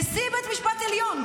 אמור להיות נשיא בית המשפט העליון,